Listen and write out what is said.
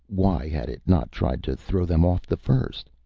why had it not tried to throw them off the first?